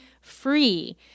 free